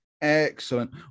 Excellent